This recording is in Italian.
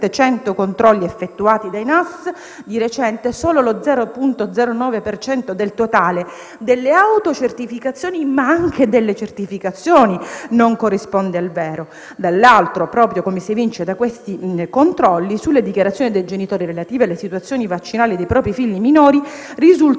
antisofisticazione e sanità (NAS) di recente, solo lo 0,09 per cento del totale delle autocertificazioni ma anche delle certificazioni non corrisponde al vero; dall'altro, proprio come si evince da questi controlli, sulle dichiarazioni dei genitori relative alle situazioni vaccinali dei propri figli minori risultano